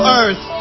earth